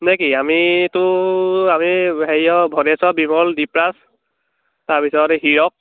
নে কি আমিতো আমি হেৰিয়ৰ ভদেশ্বৰ বিমল দ্বীপৰাজ তাৰ পিছত হিৰক